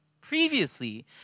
Previously